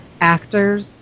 actors